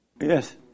Yes